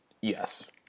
Yes